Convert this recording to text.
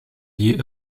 liées